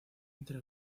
entre